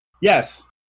yes